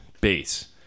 bass